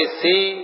see